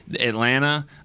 Atlanta